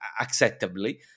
acceptably